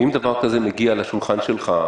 ואם דבר כזה מגיע לשולחן שלך,